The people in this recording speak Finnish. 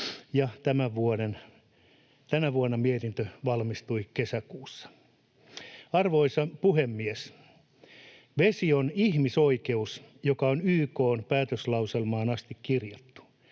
kesäkuussa mietintö valmistui. Arvoisa puhemies! Vesi on ihmisoikeus, joka on YK:n päätöslauselmaan asti kirjattu.